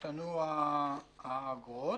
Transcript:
אבל זה בערך השינוי באגרות.